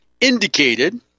indicated